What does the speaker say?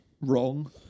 wrong